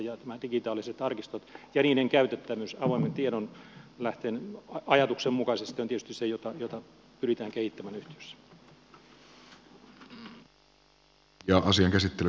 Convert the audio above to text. nämä digitaaliset arkistot ja niiden käytettävyys avoimen tiedonlähteen ajatuksen mukaisesti on tietysti se jota pyritään kehittämään yhtiössä